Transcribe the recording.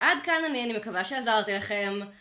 עד כאן אני מקווה שעזרתי לכם